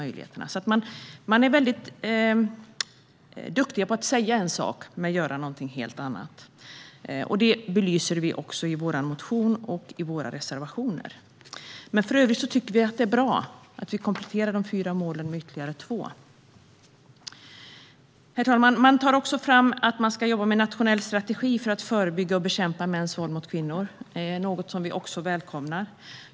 Man är väldigt duktig på att säga en sak men göra någonting helt annat. Det belyser vi också i vår motion och i våra reservationer. Men i övrigt tycker vi alltså att det är bra att de fyra målen kompletteras med ytterligare två. Herr talman! Man för även fram att man ska jobba med en nationell strategi för att förebygga och bekämpa mäns våld mot kvinnor. Det är något som vi också välkomnar.